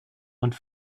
und